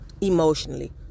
emotionally